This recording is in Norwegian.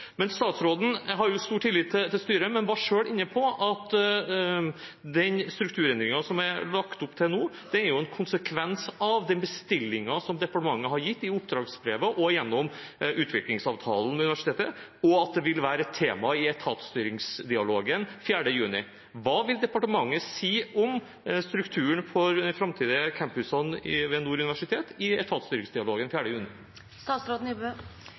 Statsråden har stor tillit til styret, men var selv inne på at den strukturendringen som det er lagt opp til nå, er en konsekvens av den bestillingen som departementet har gitt i oppdragsbrevet og gjennom utviklingsavtalen med universitetet, og at det vil være et tema i etatsstyringsdialogen 4. juni. Hva vil departementet si om strukturen for de framtidige campusene ved Nord universitet i etatsstyringsdialogen 4. juni?